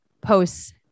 posts